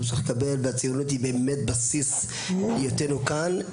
צריך לקבל והציונות היא באמת בסיס להיותנו כאן,